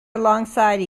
alongside